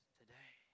today